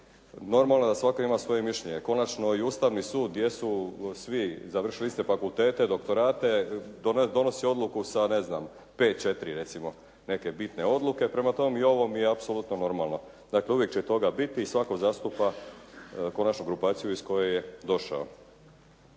normalno da svatko ima svoje mišljenje. Konačno i Ustavni sud gdje su svi završili iste fakultete, doktorate donosi odluku sa, ne znam 5:4 recimo neke bitne odluke. Prema tome i ovo mi je apsolutno normalno. Dakle uvijek će toga biti. Svatko zastupa konačno grupaciju iz koje je došao.